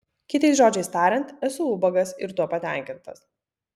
kitais žodžiais tariant esu ubagas ir tuo patenkintas